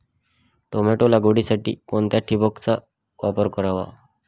Tomato लागवडीसाठी कोणत्या ठिबकचा वापर करावा?